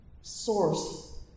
source